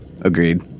Agreed